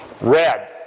Red